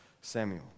Samuel